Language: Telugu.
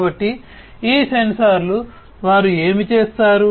కాబట్టి ఈ సెన్సార్లు వారు ఏమి చేస్తారు